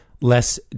less